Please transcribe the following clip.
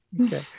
Okay